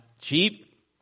cheap